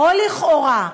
הכול לכאורה,